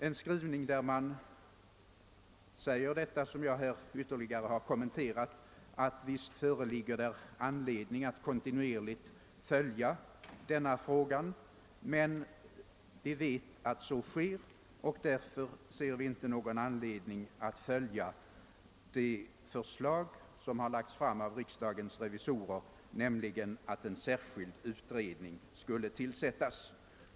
Utskottet säger där att visst finns det anledning att kontinuerligt följa denna fråga, men eftersom så redan sker har utskottet inte velat tillstyrka det förslag som framlagts av riksdagens revisorer om att tillsätta en särskild utredning. Herr talman!